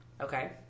Okay